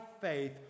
faith